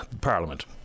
parliament